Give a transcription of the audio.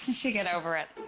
she get over it?